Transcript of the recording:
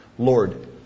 Lord